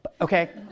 Okay